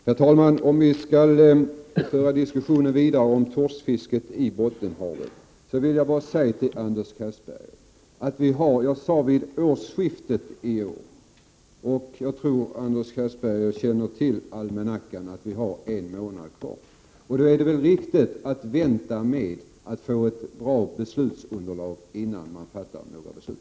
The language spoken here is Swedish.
Herr talman! Om vi skall föra diskussionen om torskfisket i Bottenhavet vidare vill jag säga till Anders Castberger: Jag talade om årsskiftet i år, och jagtror att Anders Castberger känner till almanackan, så att han vet att det är en månad kvar. Då är det väl riktigt att vänta, så att vi kan få ett bra beslutsunderlag innan vi fattar beslut.